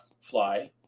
fly